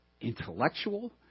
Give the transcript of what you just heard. intellectual